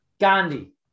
gandhi